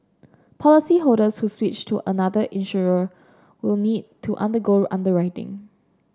policyholders who switch to another insurer will need to undergo underwriting